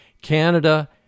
Canada